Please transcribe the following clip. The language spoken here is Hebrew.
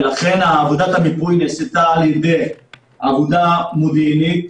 ולכן עבודת המיפוי נעשתה על ידי עבודה מודיעינית,